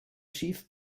schiff